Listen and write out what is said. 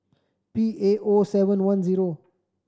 P A O seven one zero